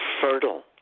fertile